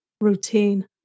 routine